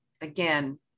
again